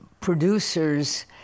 producers